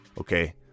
okay